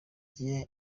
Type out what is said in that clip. bien